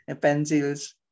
pencils